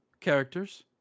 characters